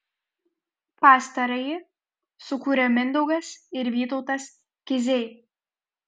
pastarąjį sukūrė mindaugas ir vytautas kiziai